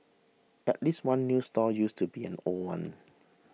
at least one new stall used to be an old one